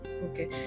Okay